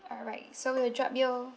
alright so we will drop you